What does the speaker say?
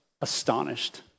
astonished